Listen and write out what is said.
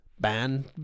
ban